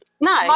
No